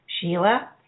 Sheila